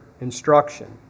instruction